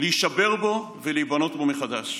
להישבר בו ולהיבנות בו מחדש.